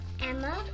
Emma